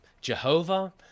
Jehovah